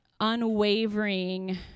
unwavering